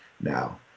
now